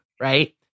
Right